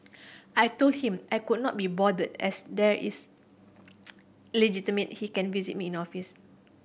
I told him I could not be bothered as there is legitimate he can visit me in office